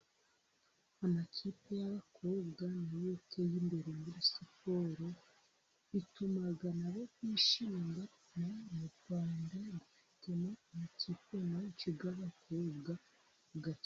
Amakipe y'abakobwa nayo yateye imbere muri siporo, bituma nabo bishima, hano mu rwanda dufitemo amakipe menshi y'abakobwa akina.